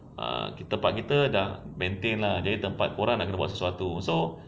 ah kita part kita dah maintain lah jadi tempat kau orang nak kena buat sesuatu so